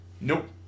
Nope